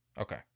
Okay